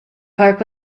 park